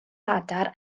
aderyn